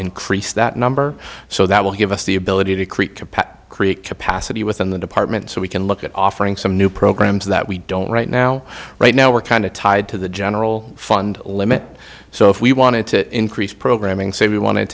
increase that number so that will give us the ability to create to pass create capacity within the department so we can look at offering some new programs that we don't right now right now we're kind of tied to the general fund limit so if we wanted to increase programming so we wanted